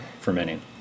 fermenting